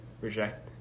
rejected